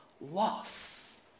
loss